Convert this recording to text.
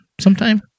sometime